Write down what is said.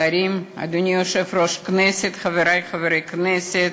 שרים, אדוני יושב-ראש הכנסת, חברי חברי הכנסת,